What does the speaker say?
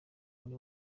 muri